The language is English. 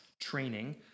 training